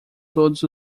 todos